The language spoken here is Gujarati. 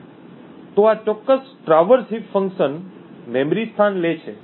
તો આ ચોક્કસ ટ્રાવર્સ હીપ ફંક્શન મેમરી સ્થાન લે છે